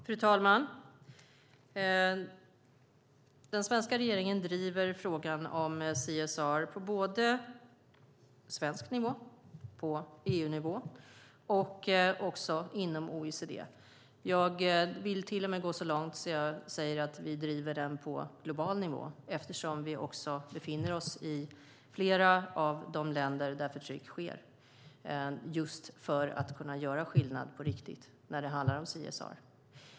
Fru talman! Den svenska regeringen driver frågan om CSR på svensk nivå, på EU-nivå och inom OECD. Jag vill till och med gå så långt som att säga att vi driver den på global nivå eftersom vi också befinner oss i flera av de länder där förtryck sker just för att genom CSR kunna göra skillnad på riktigt.